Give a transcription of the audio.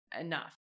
enough